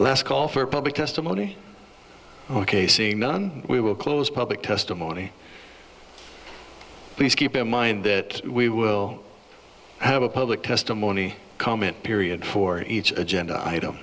last call for public testimony ok seeing none we will close public testimony please keep in mind that we will have a public testimony comment period for each agenda item